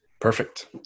Perfect